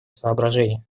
соображения